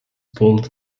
pulled